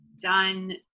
done